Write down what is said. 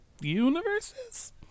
universes